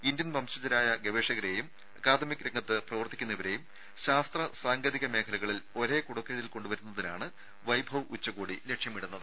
Indian വംശജരായ ഗവേഷകരേയും academic രംഗത്ത് പ്രവർത്തിക്കുന്നവരേയും ശാസ്ത്ര സാങ്കേതിക മേഖലകളിൽ ഒരേ കുടക്കീഴിൽ കൊണ്ടുവരുന്നതിനാണ് വൈഭവ് ഉച്ചകോടി ലക്ഷ്യമിടുന്നത്